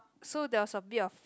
so there was a bit of